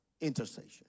intercession